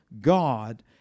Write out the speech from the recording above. God